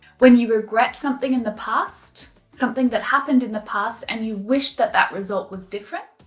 when you regret something in the past, something that happened in the past and you wished that that result was different.